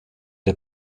der